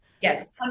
Yes